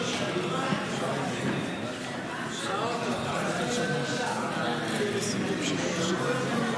ההסתייגות הוסרה, וכך אושרו שלושת הסעיפים של החוק